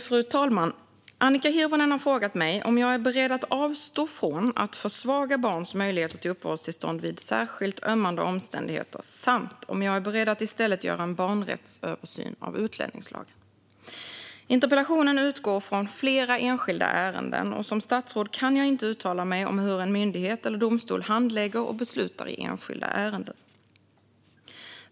Fru talman! Annika Hirvonen har frågat mig om jag är beredd att avstå från att försvaga barns möjligheter till uppehållstillstånd vid särskilt ömmande omständigheter samt om jag är beredd att i stället göra en barnrättsöversyn av utlänningslagen. Interpellationen utgår från flera enskilda ärenden. Som statsråd kan jag inte uttala mig om hur en myndighet eller domstol handlägger och beslutar i enskilda ärenden.